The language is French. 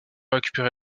récupérer